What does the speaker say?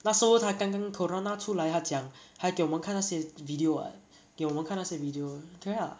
那时候才刚刚 corona 出来他讲还给我们看那些 video ah 给我们看那些 video correct ah